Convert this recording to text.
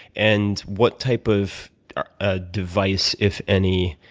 and what type of ah device, if any,